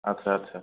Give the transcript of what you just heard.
আচ্ছা আচ্ছা